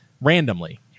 randomly